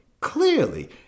clearly